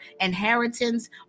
inheritance